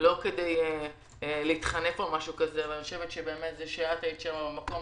לא כדי להתחנף אבל אני חושבת שזה שאת היית שם במקום